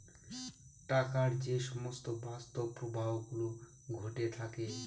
টাকার যে সমস্ত বাস্তব প্রবাহ গুলো ঘটে থাকে